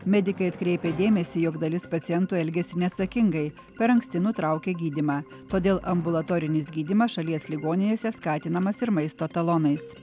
medikai atkreipia dėmesį jog dalis pacientų elgiasi neatsakingai per anksti nutraukia gydymą todėl ambulatorinis gydymas šalies ligoninėse skatinamas ir maisto talonais